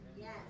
Yes